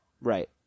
Right